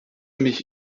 mich